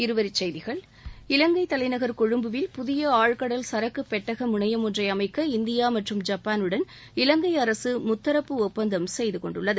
இருவரி செய்திகள் இவங்கை தலைநகர் கொழும்புவில் புதிய ஆழ்கடல் சரக்கு பெட்டக முனையம் ஒன்றை அமைக்க இந்தியா மற்றும் ஜப்பான் உடன் இவங்கை அரசு முத்தரப்பு ஒப்பந்தம் செய்துக் கொண்டுள்ளது